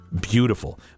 beautiful